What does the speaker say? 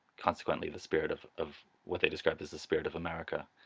consequently the spirit of of what they described as the spirit of america.